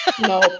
no